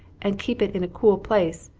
and keep it in a cool place,